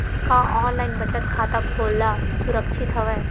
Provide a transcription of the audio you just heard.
का ऑनलाइन बचत खाता खोला सुरक्षित हवय?